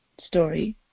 story